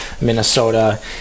Minnesota